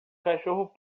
cachorro